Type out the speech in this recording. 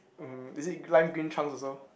mmhmm is it lime green trunks also